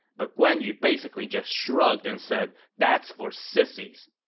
but guan yu basically just shrugged and said that's for sissies.